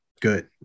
good